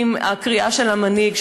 עם הקריאה של המנהיג,